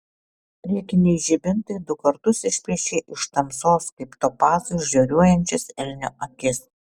priekiniai žibintai du kartus išplėšė iš tamsos kaip topazai žioruojančias elnio akis